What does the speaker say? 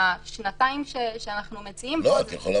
השנתיים שאנחנו מציעים --- את יכולה